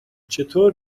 چطور